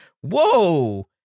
whoa